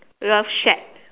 love shack